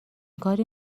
کاری